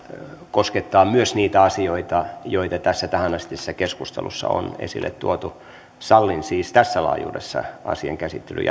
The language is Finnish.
koskettaa myös niitä asioita joita tähänastisessa keskustelussa on esille tuotu sallin siis tässä laajuudessa asian käsittelyn